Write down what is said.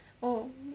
oh